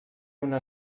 una